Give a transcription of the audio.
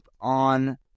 on